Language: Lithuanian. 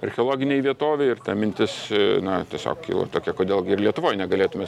archeologinėj vietovėj ir ta mintis na tiesiog kilo tokia kodėl gi ir lietuvoj negalėtume